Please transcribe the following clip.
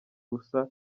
busa